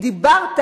הוא לא דיבר על זה.